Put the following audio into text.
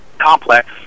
complex